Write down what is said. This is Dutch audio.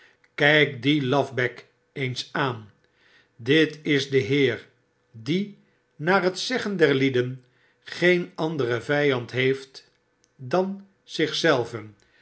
kijk dien lafbek ens aan dit is de heer die naar het zeggen der lieden geen anderen vijand heeft dan zich zelven